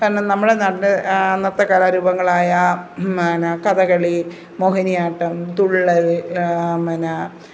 കാരണം നമ്മുടെ നല്ല നൃത്ത കലാരൂപങ്ങളായ പിന്നെ കഥകളി മോഹിനിയാട്ടം തുള്ളൽ പിന്നെ